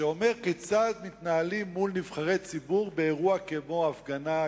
שאומר כיצד מתנהלים מול נבחרי ציבור באירוע כמו הפגנה,